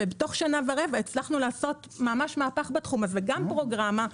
ותוך שנה ורבע התחלנו ממש לעשות מהפך בתחום הזה גם פרוגרמה,